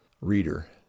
Reader